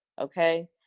Okay